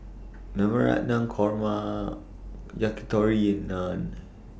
Navratan Korma Yakitori and Naan